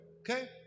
Okay